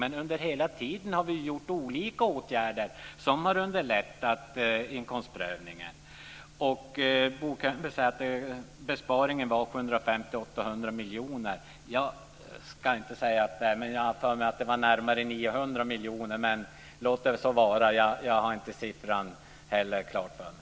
Men vi har hela tiden vidtagit olika åtgärder som har underlättat inkomstprövningen. Bo Könberg säger att besparingen är på 750-800 miljoner. Jag ska inte säga vad den är på. Jag hade för mig att det var närmare 900 miljoner. Men låt så vara. Jag har inte siffran klar för mig.